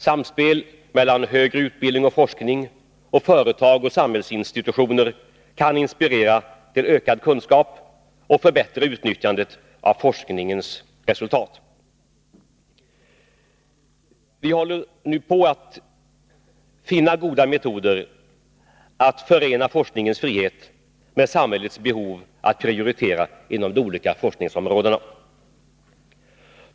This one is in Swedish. Samspel mellan å ena sidan högre utbildning och forskning och å andra sidan företag och samhällsinstitutioner kan inspirera till ökad kunskap och förbättra utnyttjandet av forskningens resultat. Vi håller nu på att finna goda metoder att förena forskningens frihet med samhällets behov att prioritera inom de olika forskningsområdena.